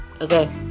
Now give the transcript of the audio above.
okay